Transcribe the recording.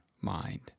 mind